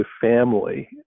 family